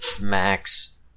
max